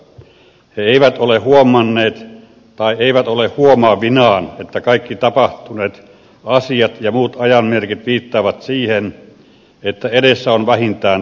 he eivät ole huomanneet tai eivät ole huomaavinaan että kaikki tapahtuneet asiat ja muut ajan merkit viittaavat siihen että edessä on vähintään taantuma